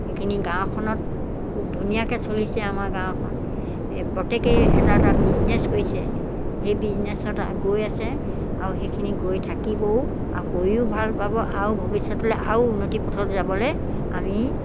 এইখিনি গাঁওখনত খুব ধুনীয়াকৈ চলিছে আমাৰ গাঁওখন এই প্ৰত্যেকেই এটা এটা বিজনেছ কৰিছে সেই বিজনেছত গৈ আছে আৰু সেইখিনি গৈ থাকিবও আৰু কৰিও ভাল পাব আৰু ভৱিষ্যতলৈ আৰু উন্নতিৰ পথত যাবলৈ আমি